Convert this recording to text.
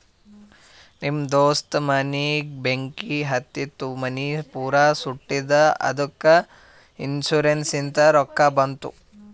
ನಮ್ ದೋಸ್ತ ಮನಿಗ್ ಬೆಂಕಿ ಹತ್ತಿತು ಮನಿ ಪೂರಾ ಸುಟ್ಟದ ಅದ್ದುಕ ಇನ್ಸೂರೆನ್ಸ್ ಲಿಂತ್ ರೊಕ್ಕಾ ಬಂದು